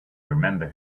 remember